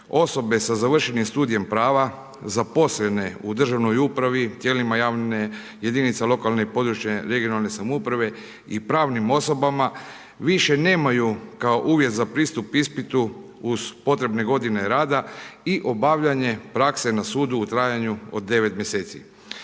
osobe sa završenim studijem prava zaposlene u državnoj upravi, tijelima jedinica lokalne i područne (regionalne samouprave) i pravnim osobama, više nemaju kao uvjet za pristup ispitu uz potrebne godine rada i obavljanje prakse na sudu u trajanju od 9 mj.